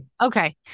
Okay